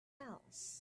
else